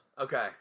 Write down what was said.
Okay